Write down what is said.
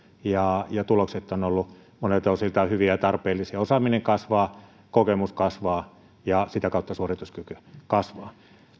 ja ja tulokset ovat olleet monilta osiltaan hyviä ja tarpeellisia osaaminen kasvaa kokemus kasvaa ja sitä kautta suorituskyky kasvaa